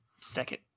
second